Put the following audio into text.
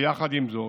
יחד עם זאת,